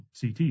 CT